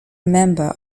member